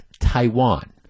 Taiwan